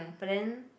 but then